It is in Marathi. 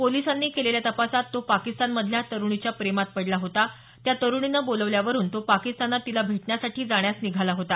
पोलिसांनी केलेल्या तपासात तो पाकिस्तान मधल्या तरुणीच्या प्रेमात पडला होता त्या तरुणीने बोलावल्या वरून तो पाकिस्तानात तिला भेटण्यासाठी जाण्यास निघाला होता